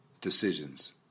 Decisions